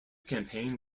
campaign